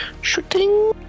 shooting